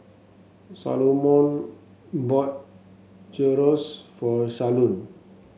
Salomon bought Gyros for Shalon